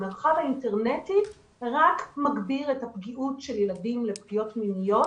המרחב האינטרנטי רק מגביר את הפגיעות של ילדים לפגיעות מיניות,